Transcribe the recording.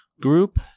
group